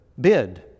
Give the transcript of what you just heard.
bid